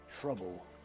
trouble